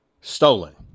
stolen